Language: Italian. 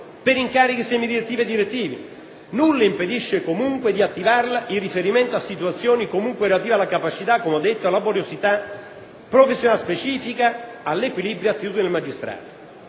per incarichi semidirettivi e direttivi; nulla impedisce comunque di attivarla in riferimento a situazioni comunque relative alla capacità, come ho detto, laboriosità, professionalità specifica, all'equilibrio e alle attitudini del magistrato.